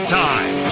time